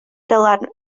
dylan